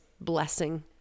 blessing